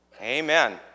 Amen